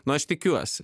nu aš tikiuosi